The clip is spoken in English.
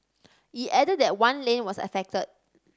it added that one lane was affected